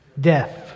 death